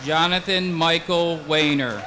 jonathan michael wayne or